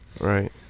Right